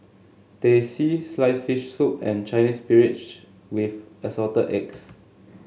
Teh C sliced fish soup and Chinese Spinach with Assorted Eggs